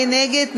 מי נגד?